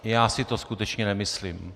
Já si to skutečně nemyslím.